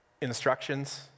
instructions